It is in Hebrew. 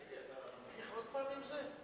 תגיד לי, אתה ממשיך עוד פעם עם זה?